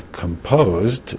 composed